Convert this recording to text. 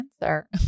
answer